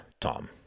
Tom